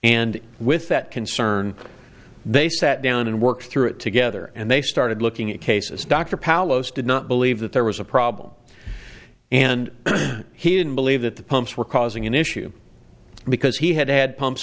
and with that concern they sat down and worked through it together and they started looking at cases dr paulos did not believe that there was a problem and he didn't believe that the pumps were causing an issue because he had had pumps